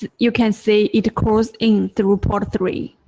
you you can see it calls in through port three.